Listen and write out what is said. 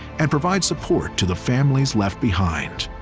and provide support to the families left behind.